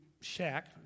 shack